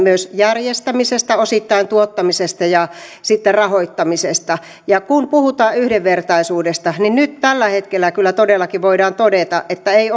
järjestämisestä osittain tuottamisesta ja sitten rahoittamisesta ja kun puhutaan yhdenvertaisuudesta niin nyt tällä hetkellä kyllä todellakin voidaan todeta että ei